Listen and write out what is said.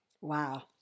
Wow